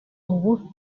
ubu